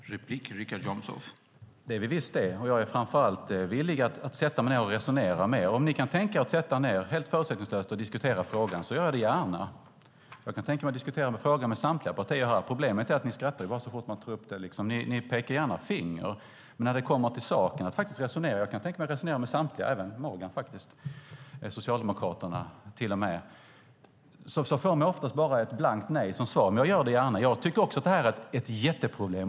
Herr talman! Det är vi visst det. Jag är framför allt villig att sätta mig ned och resonera med er. Om ni kan tänka er att sätta er ned helt förutsättningslöst och diskutera frågan gör jag det gärna. Jag kan tänka mig att diskutera frågan med samtliga partier här. Problemet är ju att ni bara skrattar så fort man tar upp det. Ni pekar gärna finger, men när det kommer till saken och att faktiskt resonera får man oftast bara ett blankt nej som svar. Men jag gör det gärna. Jag kan tänka mig att resonera med samtliga, även Morgan faktiskt, med Socialdemokraterna till och med. Jag tycker också att det här är ett jätteproblem.